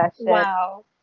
Wow